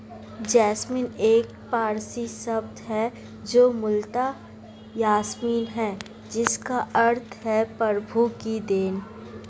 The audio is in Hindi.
जैस्मीन एक पारसी शब्द है जो मूलतः यासमीन है जिसका अर्थ है प्रभु की देन